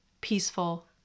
peaceful